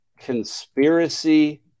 Conspiracy